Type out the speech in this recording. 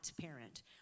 parent